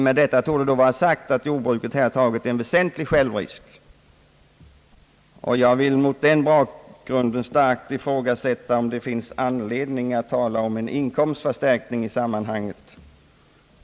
Med detta torde vara sagt att jordbruket här tagit en väsentlig självrisk, och jag vill mot den bakgrunden starkt ifrågasätta om det finns anled ning att tala om en »inkomstförstärkning» i sammanhanget.